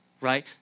right